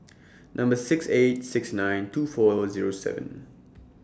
Number six eight six nine two four Zero seven